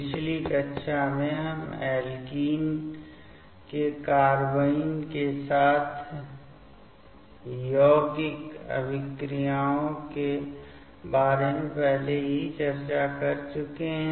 पिछली कक्षा में हम ऐल्कीन की कार्बाइन के साथ योगिक अभिक्रिया के बारे में पहले ही चर्चा कर चुके हैं